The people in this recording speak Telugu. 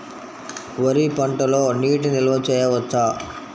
వరి పంటలో నీటి నిల్వ చేయవచ్చా?